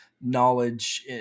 knowledge